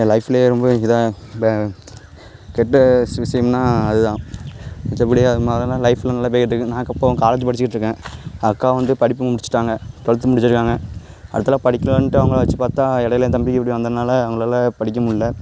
என் லைஃப்பிலே ரொம்ப இதுதான் இப்போ கெட்ட விஷ் விஷயம்னால் அது தான் மித்தபடி அது மாதிரியானா லைஃப்பெலாம் நல்லா போய்க்கிட்டு இருக்குது நான் க இப்பவும் காலேஜ் படிச்சுக்கிட்டு இருக்கேன் அக்கா வந்து படிப்பு முடிச்சுட்டாங்க ட்வெல்த்து முடிச்சுருக்காங்க அடுத்ததில் படிக்கலான்ட்டு அவங்களை வெச்சு பார்த்தா இடையில என் தம்பிக்கு இப்படி வந்தனால் அவங்களால் படிக்க முடில